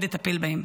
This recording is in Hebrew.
מאוד לטפל בהם.